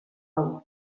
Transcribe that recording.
hau